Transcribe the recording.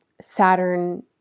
Saturn